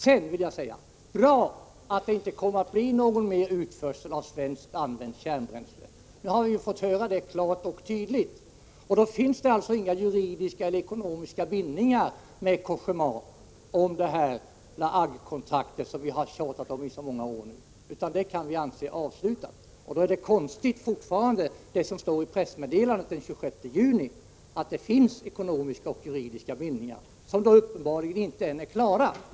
Sedan vill jag säga följande. Det är bra att det inte kommer att bli någon ytterligare utförsel av svenskt använt kärnbränsle. Nu har vi klart och tydligt hört det. Det finns alltså inga juridiska eller ekonomiska bindningar med Cogéma beträffande La Hague-kontraktet, som vi nu under så många år tjatat om. Det kan vi således anse vara ett avslutat kapitel. Mot den bakgrunden är det som står i pressmeddelandet av den 26 juni fortfarande konstigt, nämligen att det finns ekonomiska och juridiska bindningar. Uppenbarligen är man ännu inte klar i det avseendet.